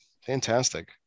Fantastic